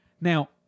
Now